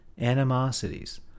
animosities